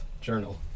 journal